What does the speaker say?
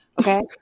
Okay